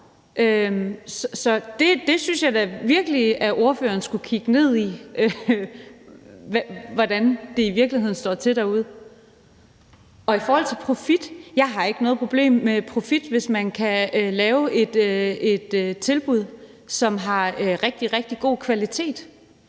jeg synes da virkelig, at ordføreren skulle kigge på, hvordan det i virkeligheden står til derude. I forhold til profit, så har jeg ikke noget problem med det, hvis man kan lave et tilbud, som er af rigtig, rigtig god kvalitet.